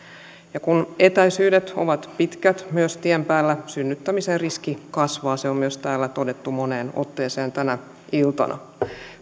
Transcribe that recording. ja kun etäisyydet ovat pitkät myös tien päällä synnyttämisen riski kasvaa se on myös täällä todettu moneen otteeseen tänä iltana paitsi että